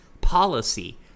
policy